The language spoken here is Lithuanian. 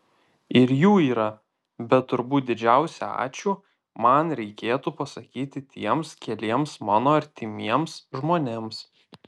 ir jų yra bet turbūt didžiausią ačiū man reikėtų pasakyti tiems keliems mano artimiems žmonėms